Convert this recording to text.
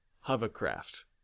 hovercraft